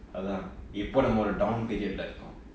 அதான் எப்ப நம்ம ஒறு:athaan eppa namma oru down period இருக்கோம்:irukom